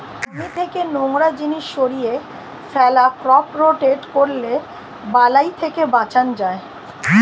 জমি থেকে নোংরা জিনিস সরিয়ে ফেলা, ক্রপ রোটেট করলে বালাই থেকে বাঁচান যায়